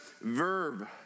verb